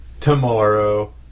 Tomorrow